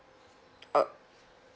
uh